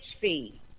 fee